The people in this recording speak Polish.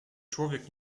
człowiek